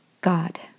God